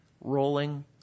rolling